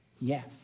yes